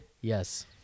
yes